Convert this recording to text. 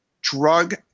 drug